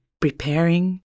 preparing